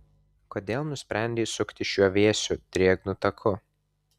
kodėl nusprendei sukti šiuo vėsiu drėgnu taku